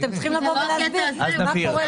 אתם צריכים להגדיר מה קורה.